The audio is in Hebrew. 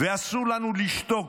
ואסור לנו לשתוק.